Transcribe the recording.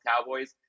Cowboys